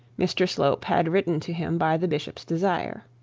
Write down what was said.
mr slope had written to him by the bishop's desire.